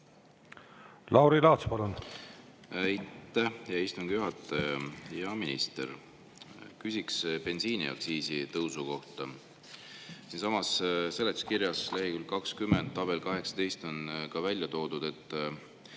Lauri Laats, palun!